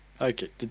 Okay